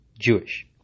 Jewish